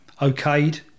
okayed